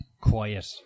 quiet